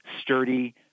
sturdy